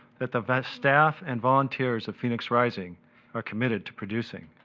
that the staff and volunteers of phoenix rising are committed to producing.